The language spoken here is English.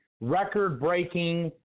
record-breaking